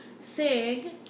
sing